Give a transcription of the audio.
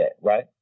right